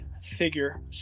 figure